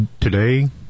Today